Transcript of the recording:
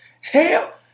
Hell